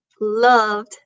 loved